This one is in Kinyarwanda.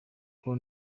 ngo